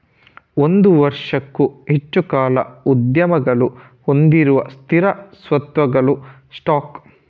ಒಂದು ವರ್ಷಕ್ಕೂ ಹೆಚ್ಚು ಕಾಲ ಉದ್ಯಮಗಳು ಹೊಂದಿರುವ ಸ್ಥಿರ ಸ್ವತ್ತುಗಳ ಸ್ಟಾಕ್